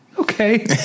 Okay